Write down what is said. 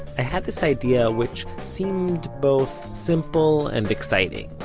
i had this idea, which seemed both simple and exciting.